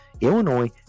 Illinois